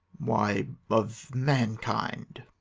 why, of mankind.